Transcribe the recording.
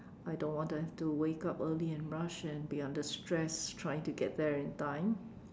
I don't want to have to wake up early and rush and be under stress trying to get there in time